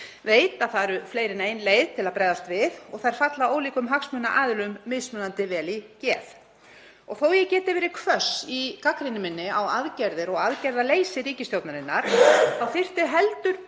veit að það er fleiri en ein leið til að bregðast við og þær falla ólíkum hagsmunaaðilum mismunandi vel í geð. Þó að ég geti verið hvöss í gagnrýni minni á aðgerðir og aðgerðaleysi ríkisstjórnarinnar, þá þyrfti heldur betur